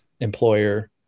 employer